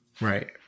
right